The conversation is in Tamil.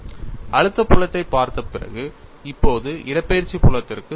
அழுத்தப் புலத்தைப் பார்த்த பிறகு இப்போது இடப்பெயர்ச்சி புலத்திற்கு செல்வோம்